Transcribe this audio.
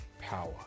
power